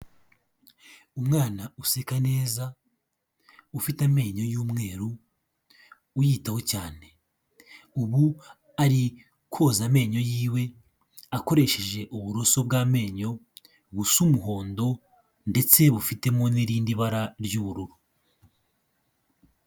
Umwana useka neza ufite amenyo y'umweru uyitaho cyane ubu, ari koza amenyo yiwe akoresheje uburoso bw'amenyo gusa umuhondo ndetse bufitemo n'irindi bara ry'ubururu.